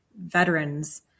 veterans